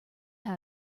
how